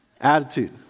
attitude